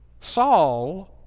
Saul